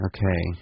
Okay